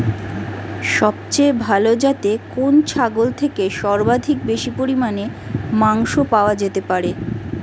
সবচেয়ে ভালো যাতে কোন ছাগল থেকে সর্বাধিক বেশি পরিমাণে মাংস পাওয়া যেতে পারে?